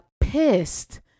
pissed